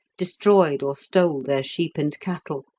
destroyed or stole their sheep and cattle,